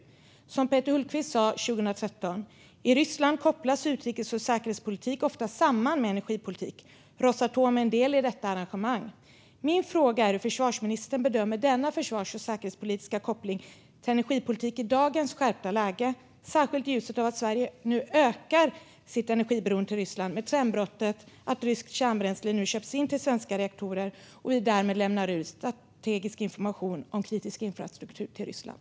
Som Peter Hultqvist sa 2013: I Ryssland kopplas utrikes och säkerhetspolitik ofta samman med energipolitik. Rosatom är en del i detta arrangemang. Min fråga är hur försvarsministern bedömer denna försvars och säkerhetspolitiska koppling till energipolitik i dagens skärpta läge, särskilt i ljuset av att Sverige nu ökar sitt energiberoende till Ryssland med trendbrottet att ryskt kärnbränsle köpts in till svenska reaktorer och vi därmed lämnar ut strategisk information om kritisk infrastruktur till Ryssland.